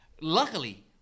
Luckily